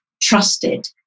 trusted